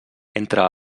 entre